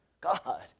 God